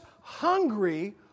hungry